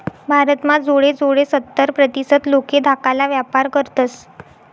भारत म्हा जोडे जोडे सत्तर प्रतीसत लोके धाकाला व्यापार करतस